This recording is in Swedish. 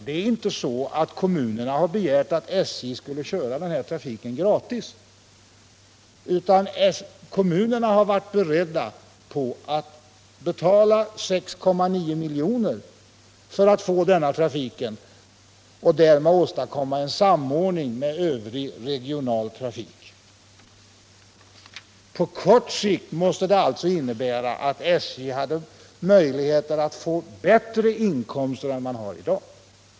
Det är inte så att kommunerna har begärt att SJ skulle köra den här trafiken gratis, utan de har varit beredda att betala 6,9 miljoner för att få denna trafik och därmed åstadkomma en samordning med övrig regional trafik. På kort sikt måtte detta innebära att SJ hade möjligheter att få större inkomster än man har i dag.